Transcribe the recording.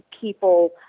people